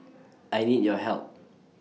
I need your help